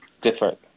different